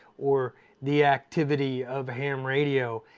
or the activity of a ham radio,